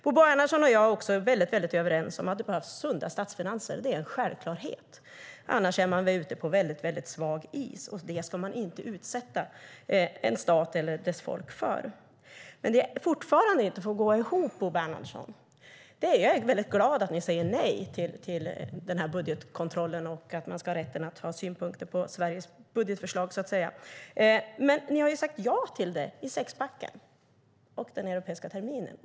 Bo Bernhardsson och jag är också väldigt överens om att det behövs sunda statsfinanser. Det är en självklarhet. Annars är man ute på väldigt svag is, och det ska man inte utsätta en stat eller dess folk för. Det finns dock en sak som jag fortfarande inte riktigt får att gå ihop, Bo Bernhardsson. Jag är väldigt glad över att ni säger nej till budgetkontrollen och att EU ska ha rätt att ha synpunkter på Sveriges budgetförslag, men samtidigt har ni sagt ja till det i sexpacken och i den europeiska terminen.